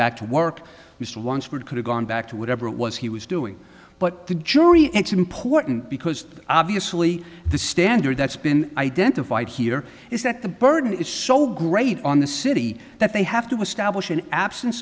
back to work which ones would could have gone back to whatever it was he was doing but the jury and to important because obviously the standard that's been identified here is that the burden is so great on the city that they have to establish an absence